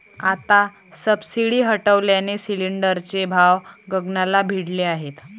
आता सबसिडी हटवल्याने सिलिंडरचे भाव गगनाला भिडले आहेत